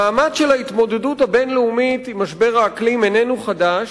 המעמד של ההתמודדות הבין-לאומית עם משבר האקלים איננו חדש,